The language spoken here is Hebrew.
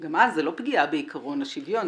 גם אז זו לא פגיעה בעקרון השוויון,